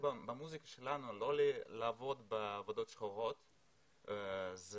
במוסיקה שלנו ולא לעבוד בעבודות שחורות אחרות.